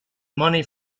money